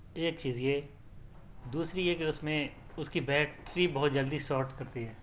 ایک چیز یہ دوسری یہ کہ اس میں اس کی بیٹری بہت جلدی شارٹ کرتی ہے